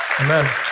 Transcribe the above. Amen